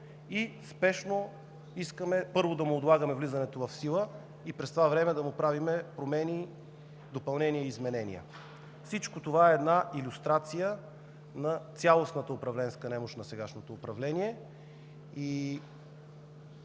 и спешно искаме първо да му отлагаме влизането в сила и през това време да му правим изменения и допълнения. Всичко това е илюстрация на цялостната управленска немощ на сегашното управление.